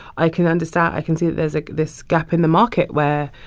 i can understand i can see that there's, like, this gap in the market where,